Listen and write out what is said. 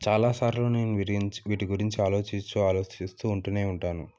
చాలాసార్లు నేను వీరించి వీటి గురించి ఆలోచిస్తూ ఆలోచిస్తూ ఉంటూనే ఉంటాను